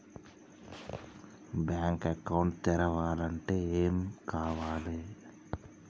Bank account తెరవాలంటే ఏమేం కావాలి?